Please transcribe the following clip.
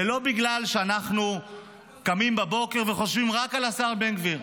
זה לא בגלל שאנחנו קמים בבוקר וחושבים רק על השר בן גביר.